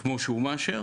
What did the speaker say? כמו שהוא מאשר,